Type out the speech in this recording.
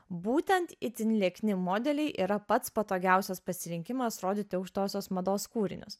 būtent itin liekni modeliai yra pats patogiausias pasirinkimas rodyti aukštosios mados kūrinius